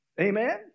Amen